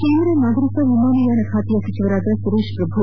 ಕೇಂದ್ರ ನಾಗರಿಕ ವಿಮಾನಯಾನ ಖಾತೆಯ ಸಚಿವರಾದ ಸುರೇತ್ ಪ್ರಭು